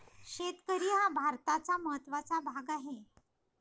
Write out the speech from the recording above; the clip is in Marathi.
शेतकरी हा भारताचा महत्त्वाचा भाग आहे